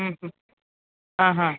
હમ હમ હા હા